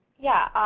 yeah,